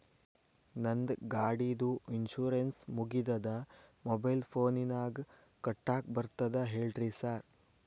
ನಂದ್ ಗಾಡಿದು ಇನ್ಶೂರೆನ್ಸ್ ಮುಗಿದದ ಮೊಬೈಲ್ ಫೋನಿನಾಗ್ ಕಟ್ಟಾಕ್ ಬರ್ತದ ಹೇಳ್ರಿ ಸಾರ್?